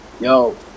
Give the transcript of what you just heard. yo